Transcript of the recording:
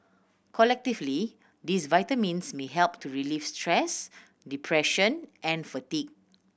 collectively these vitamins may help to relieve stress depression and fatigue